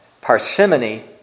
Parsimony